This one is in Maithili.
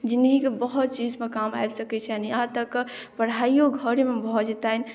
जिनगी कऽ बहुत चीज मे काम आबि सकै छनि यहाँ तक पढ़ाइयो घरे मे भऽ जेतनि